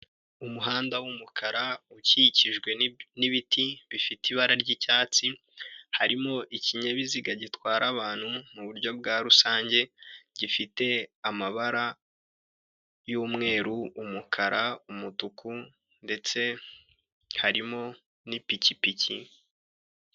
Umuhanda w'umukara ukikijwe n'ibiti bifite ibara ry'icyatsi, harimo ikinyabiziga gitwara abantu mu buryo bwa rusange, gifite amabara y'umweru, umukara, umutuku, ndetse harimo n'ipikipiki.